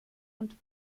und